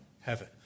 heaven